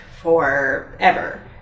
forever